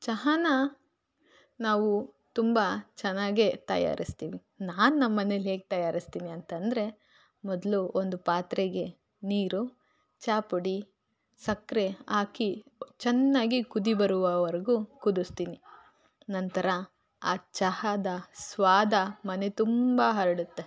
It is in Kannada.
ಚಹಾನ ನಾವು ತುಂಬ ಚೆನ್ನಾಗೆ ತಯಾರಿಸ್ತೀವಿ ನಾನು ನಮ್ಮ ಮನೇಲಿ ಹೇಗೆ ತಯಾರಿಸ್ತೀನಿ ಅಂತಂದರೆ ಮೊದಲು ಒಂದು ಪಾತ್ರೆಗೆ ನೀರು ಚಾ ಪುಡಿ ಸಕ್ಕರೆ ಹಾಕಿ ಚೆನ್ನಾಗಿ ಕುದಿ ಬರುವವರೆಗೂ ಕುದಿಸ್ತೀನಿ ನಂತರ ಆ ಚಹಾದ ಸ್ವಾದ ಮನೆ ತುಂಬ ಹರಡತ್ತೆ